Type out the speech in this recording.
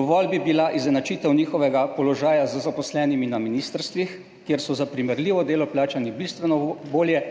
Dovolj bi bila izenačitev njihovega položaja z zaposlenimi na ministrstvih, kjer so za primerljivo delo plačani bistveno bolje